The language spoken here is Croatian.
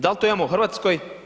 Da li to imamo u Hrvatskoj?